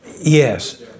yes